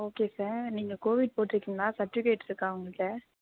okay sir நீங்கள் covid போட்டிருக்கீங்களா certificate இருக்கா உங்கள்கிட்ட